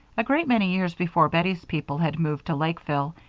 a great many years before bettie's people had moved to lakeville,